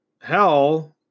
hell